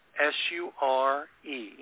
S-U-R-E